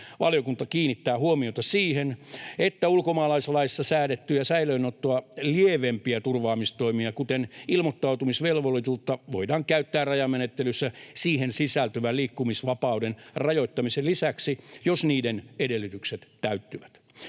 Valiokunta kiinnittää huomiota siihen, että ulkomaalaislaissa säädettyä säilöönottoa lievempiä turvaamistoimia, kuten ilmoittautumisvelvollisuutta, voidaan käyttää rajamenettelyssä siihen sisältyvän liikkumisvapauden rajoittamisen lisäksi, jos niiden edellytykset täyttyvät.